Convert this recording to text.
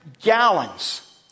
gallons